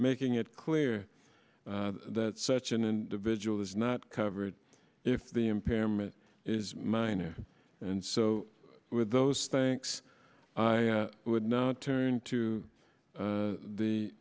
making it clear that such an individual is not covered if the impairment is minor and so with those thinks i would not turn to